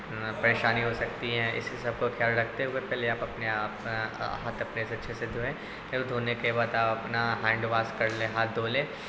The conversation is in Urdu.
پریشانی ہو سکتی ہے اسی سب کو خیال رکھتے ہوئے پہلے آپ اپنے آ ہاتھ اپنے سے اچھے سے دھویں پھر دھونے کے بعد آپ اپنا ہینڈ واس کر لیں ہاتھ دھو لیں